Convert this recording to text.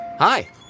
Hi